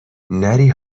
نری